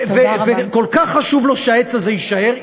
וכל כך חשוב לו שהעץ הזה יישאר,